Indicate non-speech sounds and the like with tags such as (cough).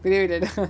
private ah (noise)